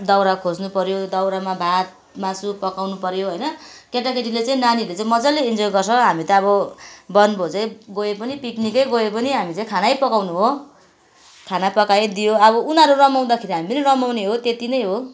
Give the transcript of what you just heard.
दाउरा खोज्न पर्यो दाउरामा भात मासु पकाउनु पर्यो होइन केटा केटीले चाहिँ नानीहरूले चाहिँ मज्जाले इन्जोय गर्छ हामी त अब बनभोजै गए पनि पिकनिकै गए पनि हामी चाहिँ खानै पकाउनु हो खाना पकायो दियो अब उनीहरू रमाउँदाखेरि हामी नी रमाउने हो त्यति नै हो